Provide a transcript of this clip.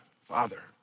father